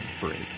break